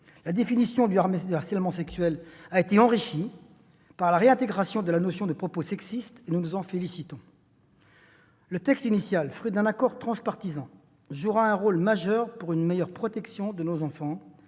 La définition du harcèlement sexuel a également été enrichie par la réintégration de la notion de propos sexistes, et nous nous en félicitons. Le texte final, fruit d'un accord transpartisan, jouera un rôle majeur pour une meilleure protection de nos enfants